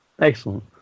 Excellent